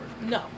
No